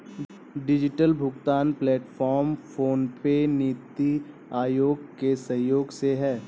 digital भुगतान platform PhonePe, NITI Aayog के सहयोग से है